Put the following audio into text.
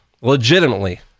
legitimately